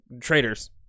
Traitors